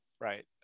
Right